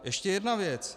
Ještě jedna věc.